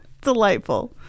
Delightful